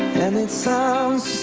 and it sounds